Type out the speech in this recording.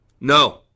No